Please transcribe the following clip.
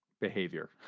behavior